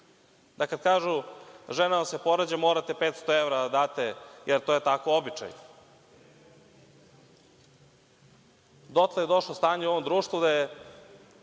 da kada kažu – žena vam se porađa, morate 500 evra da date, jer to je takav običaj. Dotle je došlo stanje u ovom društvu da je